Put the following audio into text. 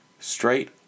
straight